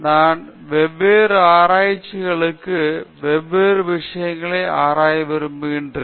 எனவே நான் வெவ்வேறு ஆய்வகங்களுக்கும் வெவ்வேறு விஷயங்களை ஆராய விரும்புகிறேன்